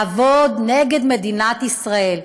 לעבוד נגד מדינת ישראל.